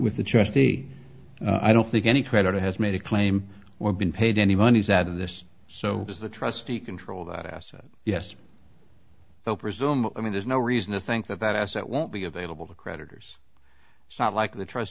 with the trustee i don't think any creditor has made a claim or been paid any monies out of this so as the trustee control that asset yes so presume i mean there's no reason to think that that asset won't be available to creditors it's not like the trust